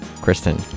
Kristen